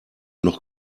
noch